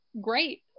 great